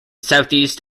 southeast